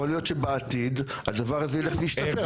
יכול להיות שבעתיד הדבר הזה ילך וישתפר.